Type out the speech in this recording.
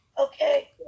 Okay